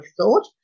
thought